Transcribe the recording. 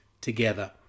together